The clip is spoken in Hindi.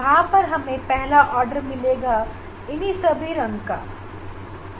यहां भी हमें पहला आर्डर मिलेगा जिसमें अलग अलग रंग की लाइन होगी